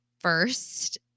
First